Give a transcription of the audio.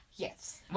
Yes